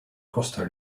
costa